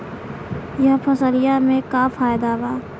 यह फसलिया में का फायदा बा?